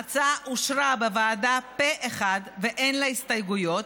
ההצעה אושרה בוועדה פה אחד ואין לה הסתייגויות.